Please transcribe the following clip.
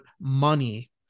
money